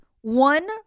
one